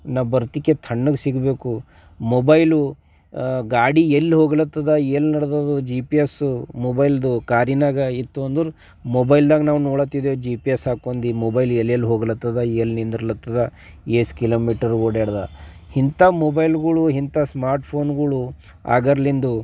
ನಾ ಬರ್ತಿಕೆ ತಣ್ಣಗೆ ಸಿಗಬೇಕು ಮೊಬೈಲು ಗಾಡಿ ಎಲ್ಲಿ ಹೋಗ್ಲತ್ತಿದೆ ಎಲ್ಲಿ ನಡ್ದಿದೆ ಜಿ ಪಿ ಎಸ್ಸು ಮೊಬೈಲ್ದು ಕಾರಿನಾಗ ಇತ್ತು ಅಂದ್ರೆ ಮೊಬೈಲ್ದಾಗ ನಾವು ನೋಡುತ್ತಿದೆ ಜಿ ಪಿ ಎಸ್ಸು ಹಾಕ್ಕೊಂಡು ಮೊಬೈಲ್ ಎಲ್ಲೆಲ್ಲಿ ಹೋಗ್ಲತ್ತಿದೆ ಎಲ್ಲಿ ನಿಂದ್ರಲತ್ತಿದೆ ಎಷ್ಟು ಕಿಲೋ ಮೀಟರ್ ಓಡ್ಯಾಡ್ದ ಇಂಥ ಮೊಬೈಲ್ಗಳು ಇಂಥ ಸ್ಮಾರ್ಟ್ ಫೋನ್ಗಳು ಆಗರ್ಲಿಂದು